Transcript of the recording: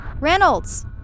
Reynolds